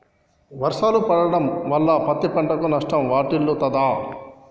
వర్షాలు పడటం వల్ల పత్తి పంటకు నష్టం వాటిల్లుతదా?